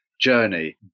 journey